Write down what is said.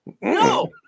No